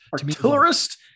artillerist